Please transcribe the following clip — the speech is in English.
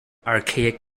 archaic